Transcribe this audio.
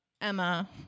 Emma